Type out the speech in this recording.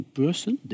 person